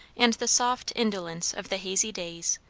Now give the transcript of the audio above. and the soft indolence of the hazy days,